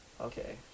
Okay